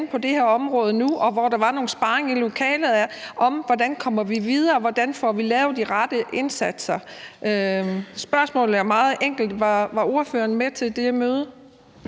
på det her område nu, og hvor der var noget sparring i lokalet om, hvordan vi kommer videre, og hvordan vi får lavet de rette indsatser. Spørgsmålet er meget enkelt: Var ordføreren med til det møde?